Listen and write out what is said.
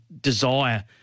desire